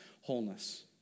wholeness